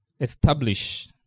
establish